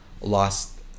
lost